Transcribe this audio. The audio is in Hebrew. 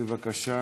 בבקשה,